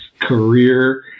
career